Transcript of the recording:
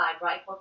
right